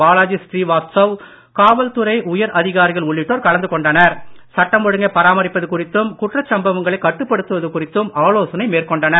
பாலாஜி ஸ்ரீவாத்சவ் காவல்துறை உயர் அதிகாரிகள் ஆகியோர் கலந்து கொண்டு சட்டம் ஒழுங்கை பராமரிப்பது குறித்தும் குற்றச் சம்பவங்களைக் கட்டுப்படுத்துவது குறித்தும் ஆலோசனை மேற்கொண்டனர்